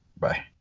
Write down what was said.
Bye